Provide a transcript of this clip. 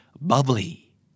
bubbly